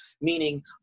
meaning